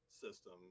system